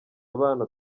abana